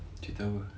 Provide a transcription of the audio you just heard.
cerita apa